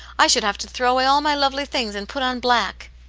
i should have to throw away all my lovely things, and put on black.